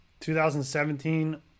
2017